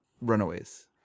runaways